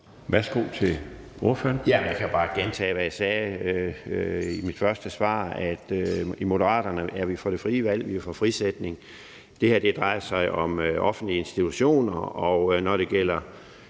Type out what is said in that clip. Frandsen (M): Jamen jeg kan bare gentage, hvad jeg sagde i mit første svar. I Moderaterne er vi for det frie valg, og vi er for frisætning. Det her drejer sig om offentlige institutioner, og når det gælder